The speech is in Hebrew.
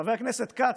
חבר הכנסת כץ,